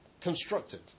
constructed